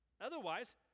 Otherwise